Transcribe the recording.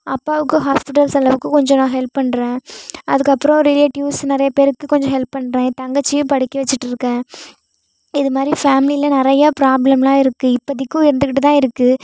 அப்பாவுக்கு ஹாஸ்பிடல் செலவுக்கு கொஞ்சம் நான் ஹெல்ப் பண்ணுறேன் அதுக்கப்பறம் ரிலேட்டிவ்ஸ் நிறைய பேருக்கு கொஞ்சம் ஹெல்ப் பண்ணுறேன் என் தங்கச்சியையும் படிக்க வெச்சுட்டுருக்கேன் இது மாதிரி ஃபேமிலியில் நிறைய பிராப்ளம்லாம் இருக்குது இப்போத்திக்கும் இருந்துக்கிட்டு இருக்குது